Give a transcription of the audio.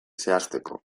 zehazteko